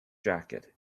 jacket